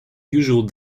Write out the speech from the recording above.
usual